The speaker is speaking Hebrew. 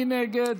מי נגד?